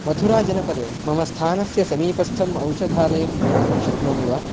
मथुरा जनपदे मम स्थानस्य समीपस्थम् औषधालयं ज्ञातुं शक्नोमि वा